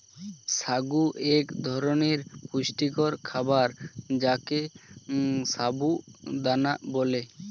সাগু এক ধরনের পুষ্টিকর খাবার যাকে সাবু দানা বলে